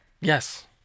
Yes